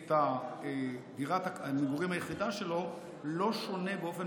את דירת המגורים היחידה שלו לא שונה באופן